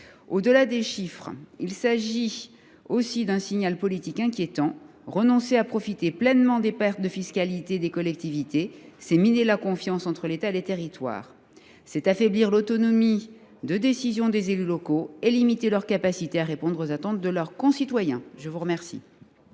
Au delà des chiffres, cet article est aussi un signal politique inquiétant. Renoncer à compenser pleinement les pertes de fiscalité des collectivités, c’est miner la confiance entre l’État et les territoires, c’est affaiblir l’autonomie de décision des élus locaux, c’est limiter leur capacité à répondre aux attentes de leurs concitoyens. Mes chers